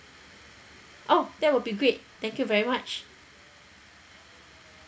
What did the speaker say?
orh that will be great thank you very much